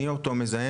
מי אותו מזהם?